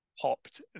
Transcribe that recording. popped